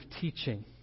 teaching